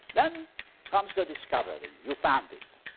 then comes the discovery. you found it.